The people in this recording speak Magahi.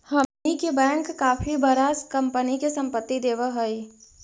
हमनी के बैंक काफी बडा कंपनी के संपत्ति देवऽ हइ